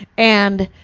and,